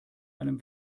einem